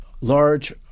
large